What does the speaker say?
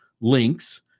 links